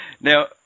Now